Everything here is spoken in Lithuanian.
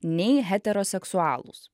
nei heteroseksualūs